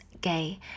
Gay